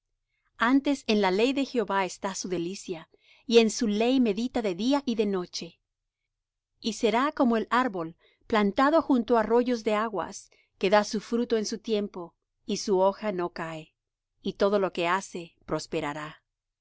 antes en la ley de jehová está su delicia y en su ley medita de día y de noche y será como el árbol plantado junto á arroyos de aguas que da su fruto en su tiempo y su hoja no cae y todo lo que hace prosperará